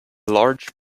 large